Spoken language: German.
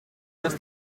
das